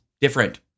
different